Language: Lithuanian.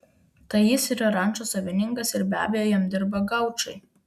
tai jis yra rančos savininkas ir be abejo jam dirba gaučai